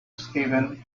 steven